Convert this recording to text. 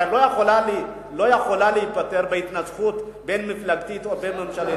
יכולה להיפתר בהתנצחות בין-מפלגתית או בין-ממשלית.